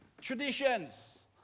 Traditions